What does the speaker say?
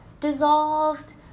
dissolved